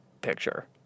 picture